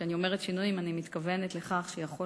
כשאני אומרת שינויים אני מתכוונת לכך שיכול